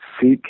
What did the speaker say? Seek